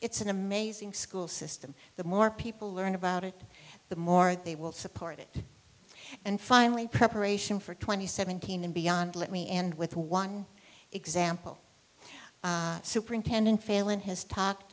it's an amazing school system the more people learn about it the more they will support it and finally preparation for twenty seventeen and beyond let me end with one example superintendent failon has talked